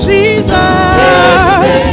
Jesus